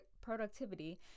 productivity